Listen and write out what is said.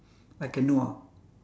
I can know ah